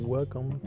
Welcome